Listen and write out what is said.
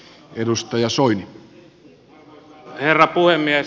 arvoisa herra puhemies